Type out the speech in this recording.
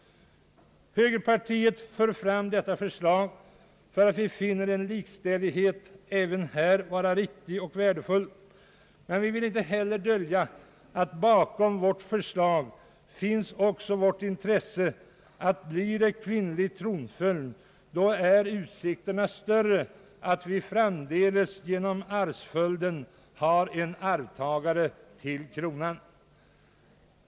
Högerpartiet för fram detta förslag för att vi finner en likställighet mellan man och kvinna även här vara riktig och värdefull. Men vi vill inte heller dölja att bakom vårt förslag också finns vårt intresse för att utsikterna till att vi framdeles genom arvsföljden har en arvtagare till kronan blir större om vi har kvinnlig tronföljd.